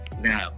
now